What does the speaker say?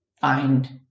find